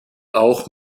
auch